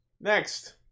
Next